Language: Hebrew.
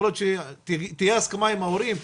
תהיה הסכמה עם ההורים,